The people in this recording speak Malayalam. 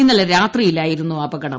ഇന്നലെ രാത്രിയിലായിരുന്നു അപകടം